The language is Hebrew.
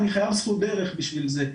אני חייב זכות דרך בשביל זה.